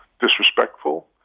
disrespectful